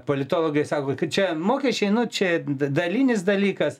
politologai sako kad čia mokesčiai nu čia dalinis dalykas